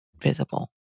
visible